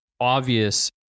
obvious